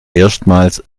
erstmals